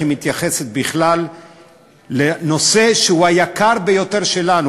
היא מתייחסת בכלל לנושא שהוא הדבר היקר ביותר שלנו,